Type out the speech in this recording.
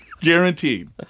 Guaranteed